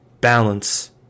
balance